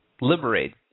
liberate